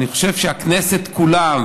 אני חושב שהכנסת כולה,